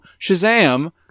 Shazam